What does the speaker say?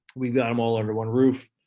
we've got them all under one roof,